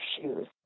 shoes